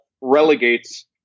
relegates